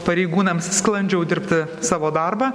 pareigūnams sklandžiau dirbti savo darbą